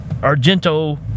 argento